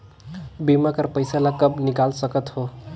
बीमा कर पइसा ला कब निकाल सकत हो?